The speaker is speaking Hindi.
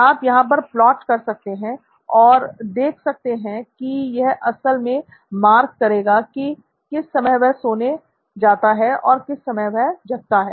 आप यहां पर प्लॉट कर सकते हैं और और देख सकते हैं की यह असल में मार्क करेगा कि किस समय वह सोने जाता है और किस समय वह जागता है